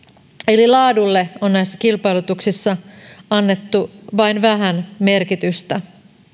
eli laadulle on näissä kilpailutuksissa annettu vain vähän merkitystä